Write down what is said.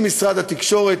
עם משרד התקשורת,